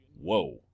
Whoa